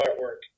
artwork